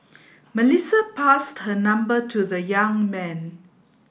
Melissa passed her number to the young man